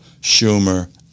Schumer